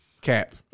Cap